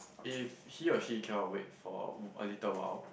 if he or she cannot wait for a little while